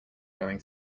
going